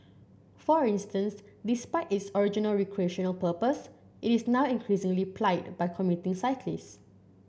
for instance despite its original recreational purpose it is now increasingly plied by commuting cyclist